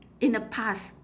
in the past